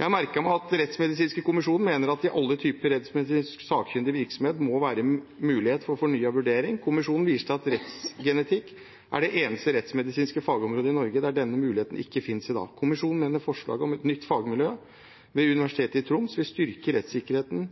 Jeg merker meg at Den rettsmedisinske kommisjon mener at det i alle typer rettsmedisinsk sakkyndig virksomhet må være mulighet for fornyet vurdering. Kommisjonen viser til at rettsgenetikk er det eneste rettsmedisinske fagområdet i Norge der denne muligheten ikke finnes i dag. Kommisjonen mener forslaget om et nytt fagmiljø ved Universitetet i Tromsø vil styrke rettssikkerheten,